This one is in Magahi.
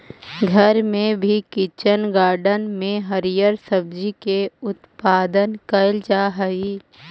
घर में भी किचन गार्डन में हरिअर सब्जी के उत्पादन कैइल जा हई